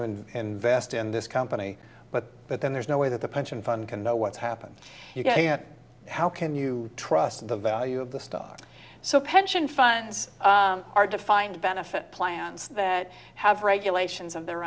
and invest in this company but but then there's no way that the pension fund can know what's happened you can't how can you trust the value of the stock so pension funds are defined benefit plans that have regulations of their